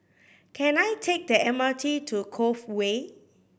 can I take the M R T to Cove Way